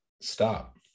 Stop